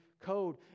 code